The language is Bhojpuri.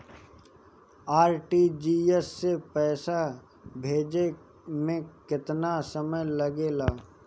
आर.टी.जी.एस से पैसा भेजे में केतना समय लगे ला?